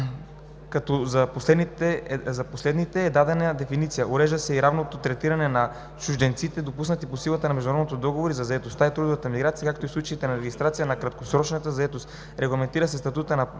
за последните е дадена и дефиниция. Урежда се и равното третиране на чужденците, допуснати по силата на международни договори за заетост и трудова миграция, както и в случаите на регистрация на краткосрочна заетост. Регламентира се статутът на